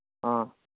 ꯑ